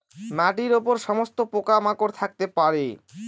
মাটির উপর সমস্ত পোকা মাকড় থাকতে পারে